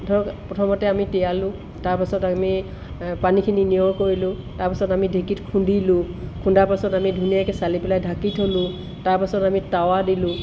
ধৰক প্ৰথমতে আমি তিয়ালোঁ তাৰপিছত আমি পানীখিনি নিয়ৰ কৰিলোঁ তাৰপাছত আমি ঢেঁকীত খুন্দিলোঁ খুন্দাৰ পাছত আমি ধুনীয়াকৈ চালি পেলাই ঢাকি থ'লোঁ তাৰপাছত আমি তাৱা দিলোঁ